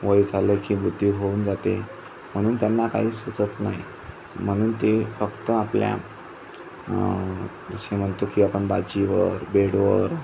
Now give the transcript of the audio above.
वय झालं की बुद्धी होऊन जाते म्हणून त्यांना काही सुचत नाही म्हणून ते फक्त आपल्या जसे म्हणतो की आपण बाजीवर बेडवर